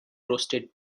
roasted